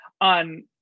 on